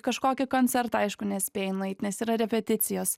kažkokį koncertą aišku nespėji nueit nes yra repeticijos